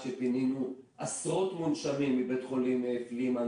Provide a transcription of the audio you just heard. כשפינינו עשרות מונשמים מבית חולים פלימן,